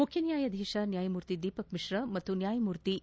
ಮುಖ್ಯನ್ಯಾಯಾಧೀಶ ನ್ಯಾಯಮೂರ್ತಿ ದೀಪಕ್ ಮಿಶ್ರಾ ಮತ್ತು ನ್ಯಾಯಮೂರ್ತಿ ಎ